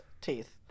teeth